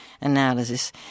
analysis